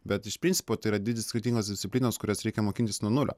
bet iš principo tai yra dvi skirtingos disciplinos kurias reikia mokintis nuo nulio